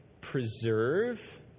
preserve